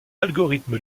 algorithme